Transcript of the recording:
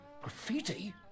Graffiti